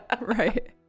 Right